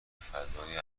فضای